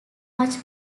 much